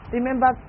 Remember